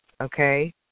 okay